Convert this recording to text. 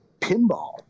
pinball